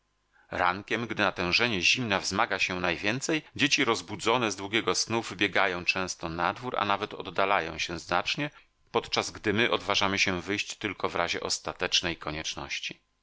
rankiem gdy natężenie zimna wzmaga się najwięcej dzieci rozbudzone z długiego snu wybiegają często na dwór a nawet oddalają się znacznie podczas gdy my odważamy się wyjść tylko w razie ostatecznej konieczności